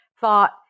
thought